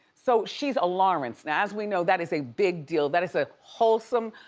so she's a lawrence. and as we know, that is a big deal. that is a wholesome,